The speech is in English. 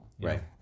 Right